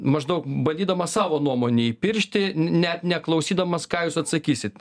maždaug bandydamas savo nuomonę įpiršti net neklausydamas ką jūs atsakysit